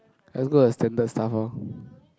let's go a standard stuff lor